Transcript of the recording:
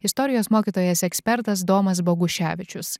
istorijos mokytojas ekspertas domas boguševičius